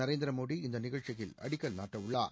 நரேந்திர மோடி இந்த நிகழ்ச்சியில் அடிக்கல் நாட்டவுள்ளார்